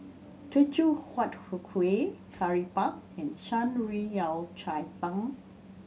Teochew Huat Kuih Curry Puff and Shan Rui Yao Cai Tang